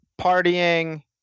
partying